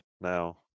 now